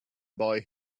boy